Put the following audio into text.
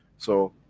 so,